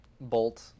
bolt